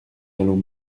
allons